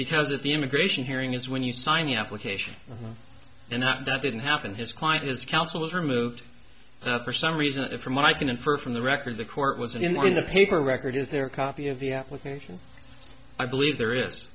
because of the immigration hearing is when you signed the application and that didn't happen his client is counsel was removed for some reason from i can infer from the record the court was in the paper record is there a copy of the application i believe there is